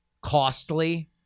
costly